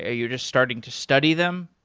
ah you just starting to study them?